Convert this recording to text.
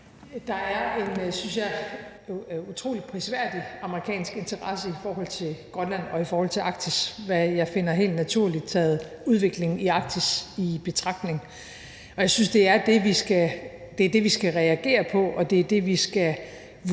Der er en, synes jeg, utrolig prisværdig amerikansk interesse i forhold til Grønland og i forhold til Arktis, hvad jeg finder helt naturligt, udviklingen i Arktis taget i betragtning. Jeg synes, det er det, vi skal reagere på, og vi skal vurdere